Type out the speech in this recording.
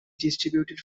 distributed